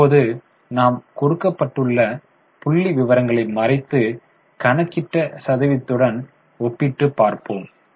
இப்போது நாம் கொடுக்கப்பட்டுள்ள புள்ளி விவரங்களை மறைத்து கணக்கிட்ட சதவீதத்துடன் ஒப்பிட்டு பார்ப்போம்